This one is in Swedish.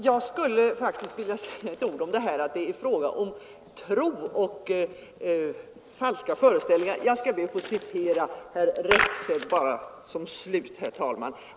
Herr talman! Jag skulle vilja säga några ord om huruvida det är fråga om tro och falska föreställningar eller inte. Jag skall, herr talman, be att som slutord få citera herr Rexed.